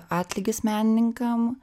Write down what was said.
atlygis menininkam